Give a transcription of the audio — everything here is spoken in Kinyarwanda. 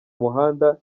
muhanda